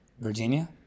Virginia